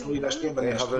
אז תנו לי להשלים ו- -- חברים,